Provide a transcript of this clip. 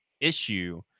issue